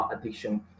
addiction